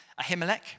Ahimelech